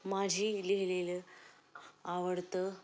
माझी लिहिलेलं आवडतं